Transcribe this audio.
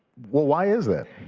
well, why is that?